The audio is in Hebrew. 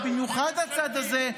ובמיוחד הצד הזה.